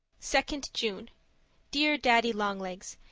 second june dear daddy-long-legs,